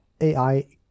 AI